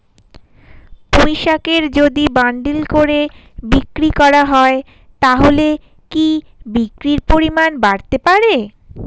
পুঁইশাকের যদি বান্ডিল করে বিক্রি করা হয় তাহলে কি বিক্রির পরিমাণ বাড়তে পারে?